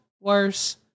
worse